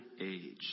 age